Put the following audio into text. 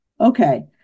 okay